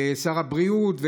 שר הבריאות,